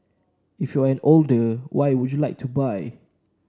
if you're an older why would you like to buy